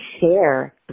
share